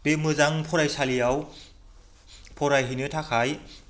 बे मोजां फरायसालियाव फरायहैनो थाखाय